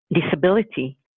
disability